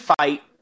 fight